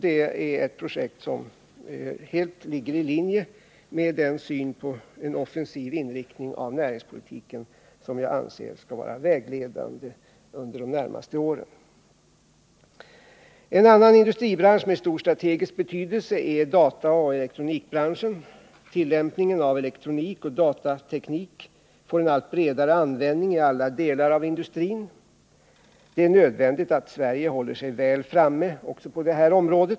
Det är ett projekt som ligger helt i linje med den syn på en offensiv inriktning av näringspolitiken som jag anser skall vara vägledande under de närmaste åren. En annan industribransch med stor strategisk betydelse är dataoch elektronikbranschen. Tillämpningen av elektronik och datateknik får en allt bredare användning i alla delar av industrin. Det är nödvändigt att Sverige håller sig väl framme på detta område.